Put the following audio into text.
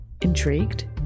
Intrigued